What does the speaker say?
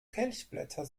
kelchblätter